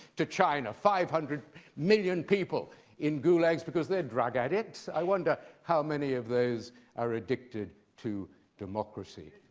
to china five hundred million people in gulags, because they're drug addicts. i wonder how many of those are addicted to democracy.